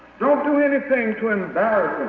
don't do anything to embarrass